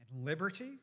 Liberty